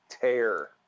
tear